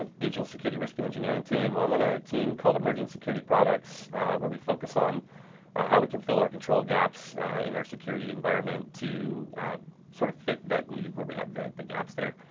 ah digital security risk and engineering team. i'm on a team called emerging security products where we focus on how we can fill our control gaps in our security environment to sort of fit that need where we have the the gaps there.